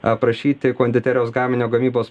aprašyti konditerijos gaminio gamybos